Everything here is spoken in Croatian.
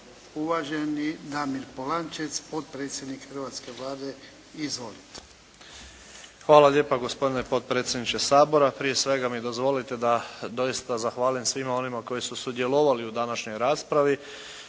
Uvaženi Damir Polančec, potpredsjednik Hrvatske vlade. Izvolite. **Polančec, Damir (HDZ)** Hvala lijepo. Gospodine potpredsjedniče Sabora. Prije svega mi dozvolite da doista zahvalim svima onima koji su sudjelovali u današnjoj raspravi